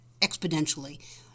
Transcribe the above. exponentially